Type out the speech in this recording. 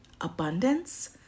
Abundance